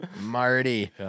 Marty